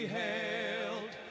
hailed